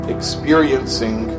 Experiencing